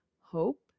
hope